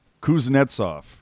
Kuznetsov